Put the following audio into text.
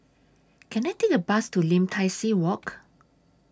Can I Take A Bus to Lim Tai See Walk